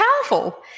powerful